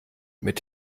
mit